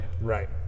Right